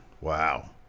Wow